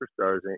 superstars